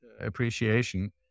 appreciation